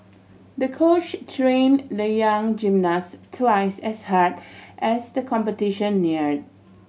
the coach train the young gymnast twice as hard as the competition near